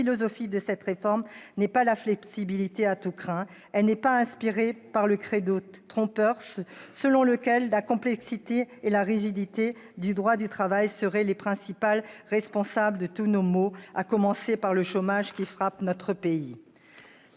la philosophie de cette réforme, qui n'est pas inspirée par le trompeur selon lequel la complexité et la rigidité du droit du travail seraient les principales responsables de tous nos maux, à commencer par le chômage qui frappe notre pays.